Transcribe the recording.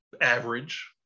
average